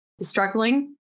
struggling